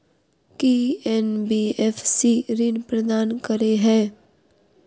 की NBFC ऋण प्रदान करे है?